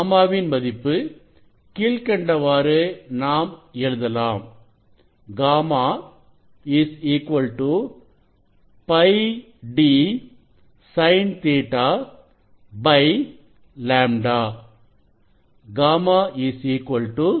காமாவின் மதிப்பு கீழ்க்கண்டவாறு நாம் எழுதலாம் γ πd SinƟ λ γ 0 π 2π3π